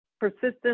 persistence